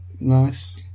Nice